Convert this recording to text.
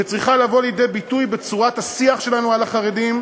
שצריכה לבוא לידי ביטוי בצורת השיח שלנו על החרדים,